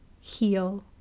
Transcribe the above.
heal